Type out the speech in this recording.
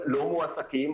לא מועסקים,